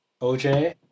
oj